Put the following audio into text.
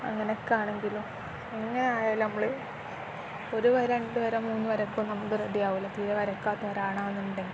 അങ്ങനെയൊക്കെയാണെങ്കിലും എങ്ങനെയായാലും നമ്മൾ ഒരു വര രണ്ട് വര മൂന്ന് വരക്ക് നമുക്ക് റെഡിയാകുമല്ലോ തീരെ വരക്കാത്തൊരാണാന്നുണ്ടെങ്കിൽ